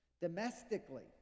Domestically